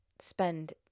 spend